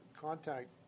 contact